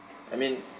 I mean